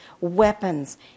weapons